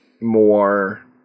more